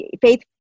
Faith